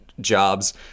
jobs